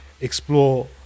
explore